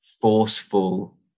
forceful